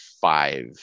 five